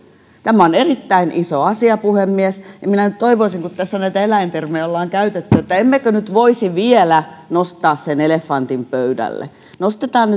tämä on erittäin iso asia puhemies ja minä nyt toivoisin kun tässä näitä eläintermejä ollaan käytetty että voisimme nyt vielä nostaa sen elefantin pöydälle nostetaan